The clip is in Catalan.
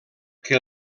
que